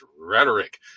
rhetoric